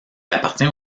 appartient